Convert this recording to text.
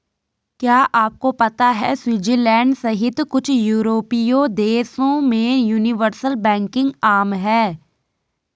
क्या आपको पता है स्विट्जरलैंड सहित कुछ यूरोपीय देशों में यूनिवर्सल बैंकिंग आम है?